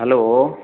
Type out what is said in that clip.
hello